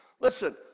Listen